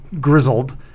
grizzled